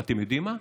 ואתם יודעים מה?